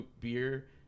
beer